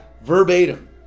Verbatim